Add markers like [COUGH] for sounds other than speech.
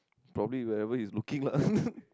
probably whatever he looking lah [LAUGHS]